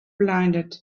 blinded